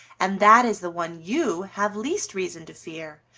and that is the one you have least reason to fear,